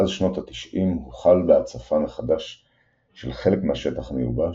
מאז שנות ה-90 הוחל בהצפה מחדש של חלק מהשטח המיובש,